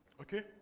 okay